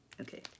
okay